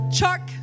Chuck